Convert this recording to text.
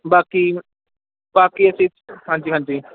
ਬਾਕੀ ਬਾਕੀ ਅਸੀਂ ਹਾਂਜੀ ਹਾਂਜੀ